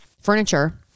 furniture